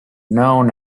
known